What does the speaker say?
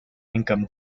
income